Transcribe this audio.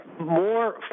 more